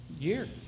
year